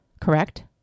Correct